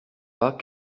pas